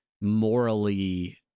morally